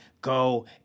go